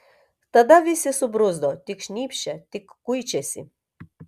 tada visi subruzdo tik šnypščia tik kuičiasi